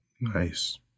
Nice